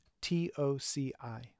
T-O-C-I